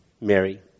Mary